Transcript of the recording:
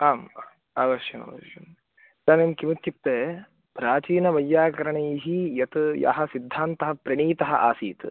आम् अवश्यमवश्यम् इदानीं किमित्युक्ते प्राचीनवैय्याकरणैः यत् यः सिद्धान्तः प्रणीतः आसीत्